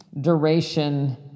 duration